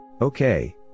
Okay